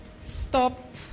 Stop